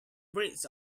bridge